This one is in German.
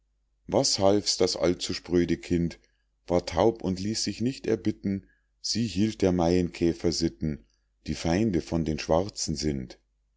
was half's das allzu spröde kind war taub und ließ sich nicht erbitten sie hielt der maienkäfer sitten die feinde von den schwarzen sind